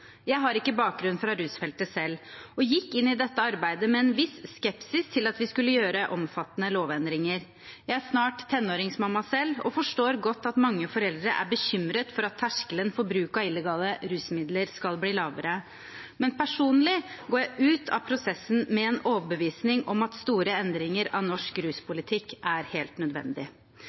Jeg har ikke bakgrunn fra rusfeltet selv og gikk inn i dette arbeidet med en viss skepsis til at vi skulle gjøre omfattende lovendringer. Jeg er snart tenåringsmamma selv og forstår godt at mange foreldre er bekymret for at terskelen for bruk av illegale rusmidler skal bli lavere. Men personlig går jeg ut av prosessen med en overbevisning om at store endringer av norsk ruspolitikk er helt nødvendig.